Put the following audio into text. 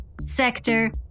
Sector